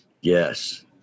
Yes